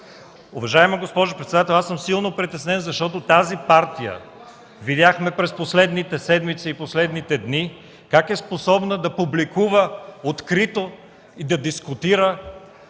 Уважаема госпожо председател, аз съм силно притеснен, защото видяхме през последните седмици и дни как тази партия е способна да публикува открито и да дискутира